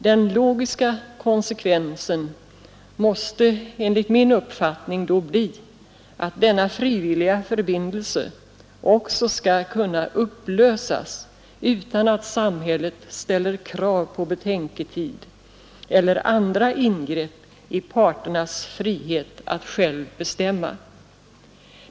Den logiska konsekvensen måste enligt min uppfattning då bli, att denna frivilliga förbindelse också skall kunna upplösas utan att samhället ställer krav på betänketid eller andra ingrepp i parternas frihet att själva bestämma.